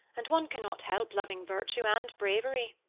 and one cannot help loving virtue and bravery.